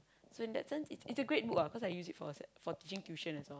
so in that sense it's it's a great book ah cause I use it for asse~ for teaching tuition as well